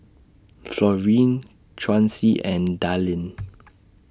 Florine Chauncy and Dallin